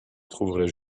trouveraient